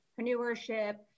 entrepreneurship